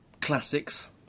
classics